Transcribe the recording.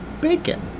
BACON